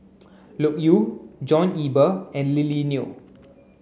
Loke Yew John Eber and Lily Neo